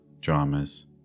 dramas